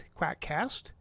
QuackCast